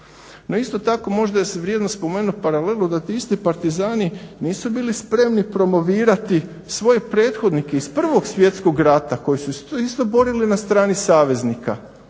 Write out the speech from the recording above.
No isto tako možda je vrijedno spomenut paralelu da ti isti Partizani nisu bili spremni promovirati svoje prethodnike iz Prvog svjetskog rata koji su se isto borili na strani saveznika.